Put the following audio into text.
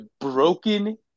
broken